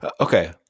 Okay